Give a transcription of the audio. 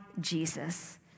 Jesus